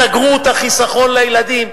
סגרו את החיסכון לילדים.